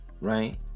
right